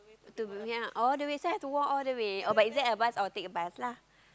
two ya all the way so I have to walk all the way oh but if there's a bus I'll take the bus lah